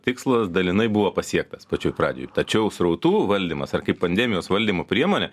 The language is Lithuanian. tikslas dalinai buvo pasiektas pačioj pradžioj tačiau srautų valdymas ar kaip pandemijos valdymo priemonė